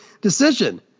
decision